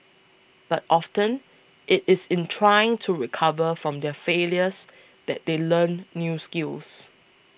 but often it is in trying to recover from their failures that they learn new skills